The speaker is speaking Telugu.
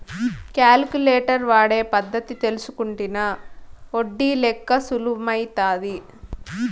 కాలిక్యులేటర్ వాడే పద్ధతి తెల్సుకుంటినా ఒడ్డి లెక్క సులుమైతాది